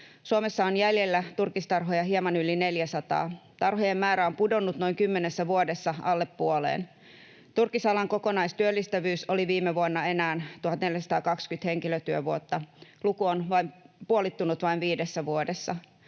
Suomessa on jäljellä turkistarhoja hieman yli 400. Tarhojen määrä on pudonnut noin kymmenessä vuodessa alle puoleen. Turkisalan kokonaistyöllistävyys oli viime vuonna enää 1 420 henkilötyövuotta. Luku on puolittunut vain viidessä vuodessa.